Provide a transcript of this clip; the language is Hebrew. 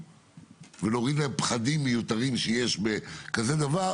ולהוריד להם פחדים מיותרים שיש בכזה דבר,